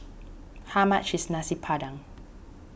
how much is Nasi Padang